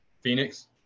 Phoenix